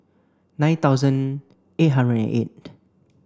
nine thousand eight hundred and eight